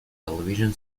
television